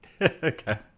okay